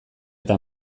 eta